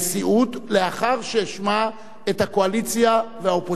לאחר שאשמע את הקואליציה והאופוזיציה.